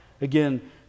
Again